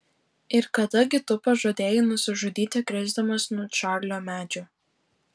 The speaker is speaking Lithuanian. ir kada gi tu pažadėjai nusižudyti krisdamas nuo čarlio medžio